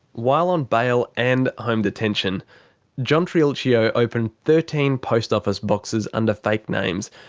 while on bail and home detention john triulcio opened thirteen post office boxes under fake names,